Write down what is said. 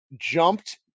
jumped